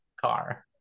car